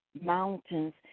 Mountains